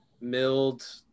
milled